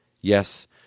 Yes